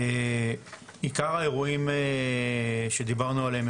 עיקר האירועים שדיברנו עליהם,